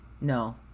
No